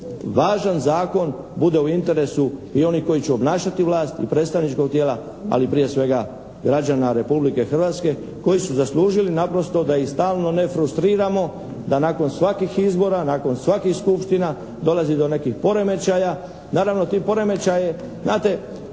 važan zakon bude u interesu i onih koji će obnašati vlast i predstavničkog tijela ali prije svega građana Republike Hrvatske koji su zaslužili naprosto da ih stalno ne frustriramo, da nakon svakih izbora, nakon svakih skupština dolazi do nekih poremećaja.